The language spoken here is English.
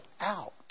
out